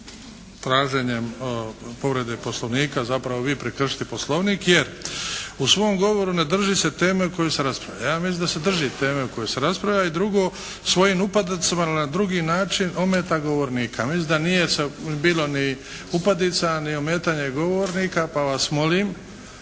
traženjem povrede poslovnika zapravo vi prekršili poslovnik jer u svom govoru ne drži se teme o kojoj se raspravlja. Ja mislim da se drži teme o kojoj se raspravlja. I drugo, svojim upadicama na drugi način ometa govornika. Mislim da nije bilo ni upadica ni ometanja govornika, pa vas molim